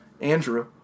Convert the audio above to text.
Andrew